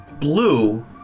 blue